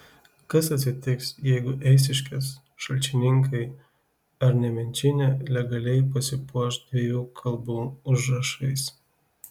kas atsitiks jeigu eišiškės šalčininkai ar nemenčinė legaliai pasipuoš dviejų kalbų užrašais